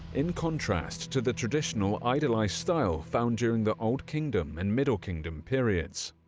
in contrast to the traditional idealized style found during the old kingdom and middle kingdom periods.